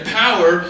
power